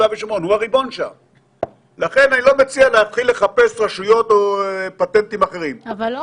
ולכן אני לא מציע לחפש עכשיו אחראים אחרים או פטנטים אחרים,